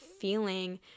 feeling